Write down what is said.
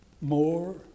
more